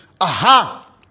Aha